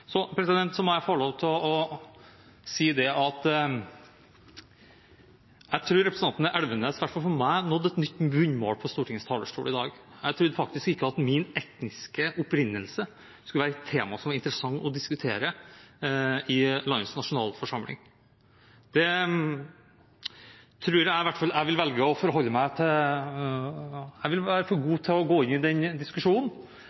Så må jeg få lov til å si at jeg tror representanten Elvenes – i hvert fall for meg – nådde et nytt bunnmål på Stortingets talerstol i dag. Jeg trodde faktisk ikke at min etniske opprinnelse skulle være et tema som var interessant å diskutere i landets nasjonalforsamling. Jeg vil velge å holde meg for god til å gå inn i den diskusjonen.